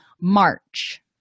March